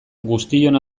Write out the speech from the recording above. guztion